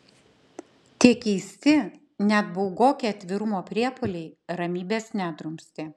tie keisti net baugoki atvirumo priepuoliai ramybės nedrumstė